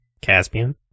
caspian